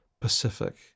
Pacific